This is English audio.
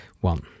One